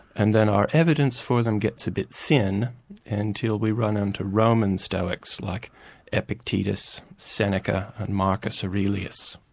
and then our evidence for them gets a bit thin until we run on to roman stoics like epictetus, seneca and marcus aurelius.